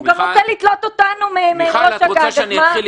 אני מציע שתקשיבי, מיכל, אולי תשתכנעי.